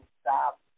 stop